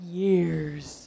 years